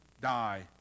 die